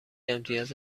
امتیاز